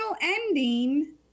ending